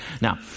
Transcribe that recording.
Now